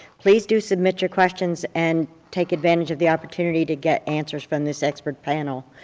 please do submit your questions and take advantage of the opportunity to get answers from this expert panel.